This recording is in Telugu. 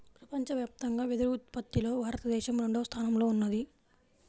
ప్రపంచవ్యాప్తంగా వెదురు ఉత్పత్తిలో భారతదేశం రెండవ స్థానంలో ఉన్నది